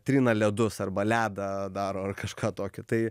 trina ledus arba ledą daro ar kažką tokio tai